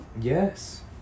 Yes